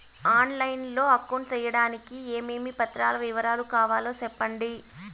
On line లో account సేయడానికి ఏమేమి పత్రాల వివరాలు కావాలో సెప్పండి?